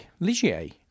Ligier